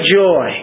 joy